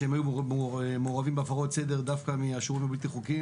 שהיו מעורבים בהפרות סדר דווקא מהשוהים הבלתי חוקיים.